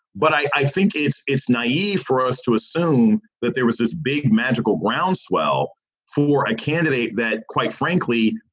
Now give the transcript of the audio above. but i think it's it's naive for us to assume that there was this big magical groundswell for a candidate that, quite frankly,